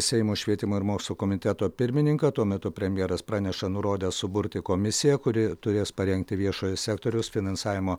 seimo švietimo ir mokslo komiteto pirmininką tuo metu premjeras praneša nurodęs suburti komisiją kuri turės parengti viešojo sektoriaus finansavimo